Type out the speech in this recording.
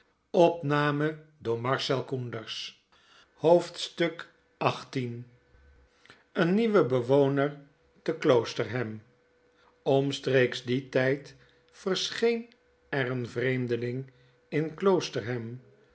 een nieuwe bewonek te kloosterham omstreeks dien tijd verscheen er een vreemdeling in kloosterham